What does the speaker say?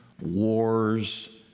wars